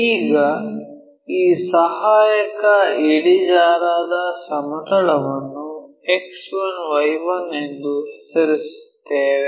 ಈಗ ಈ ಸಹಾಯಕ ಇಳಿಜಾರಾದ ಸಮತಲವನ್ನು X1 Y1 ಎಂದು ಹೆಸರಿಸುತ್ತೇವೆ